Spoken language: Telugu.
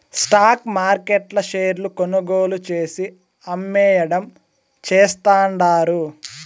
స్టాక్ మార్కెట్ల షేర్లు కొనుగోలు చేసి, అమ్మేయడం చేస్తండారు